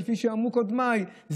כפי שאמרו קודמיי,